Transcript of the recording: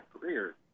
career